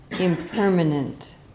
impermanent